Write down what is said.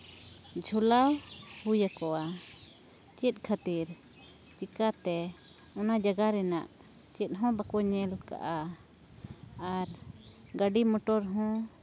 ᱡᱷᱚᱞᱟ ᱦᱩᱭ ᱟᱠᱚᱣᱟ ᱪᱮᱫ ᱠᱷᱟᱹᱛᱤᱨ ᱪᱤᱠᱟᱹᱛᱮ ᱚᱱᱟ ᱡᱟᱭᱜᱟ ᱨᱮᱱᱟᱜ ᱪᱮᱫᱦᱚᱸ ᱵᱟᱠᱚ ᱧᱮᱞ ᱠᱟᱜᱼᱟ ᱟᱨ ᱜᱟᱹᱰᱤ ᱢᱚᱴᱚᱨ ᱦᱚᱸ